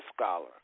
scholar